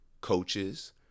coaches